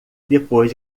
depois